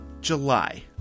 July